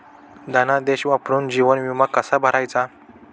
धनादेश वापरून जीवन विमा कसा भरायचा?